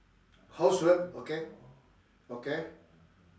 housework okay okay